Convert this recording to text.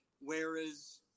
Whereas